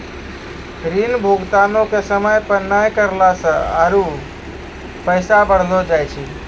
ऋण भुगतानो के समय पे नै करला से आरु पैसा बढ़लो जाय छै